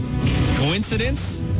Coincidence